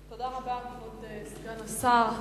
תודה רבה לסגן השר.